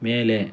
ಮೇಲೆ